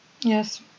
yes